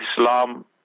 Islam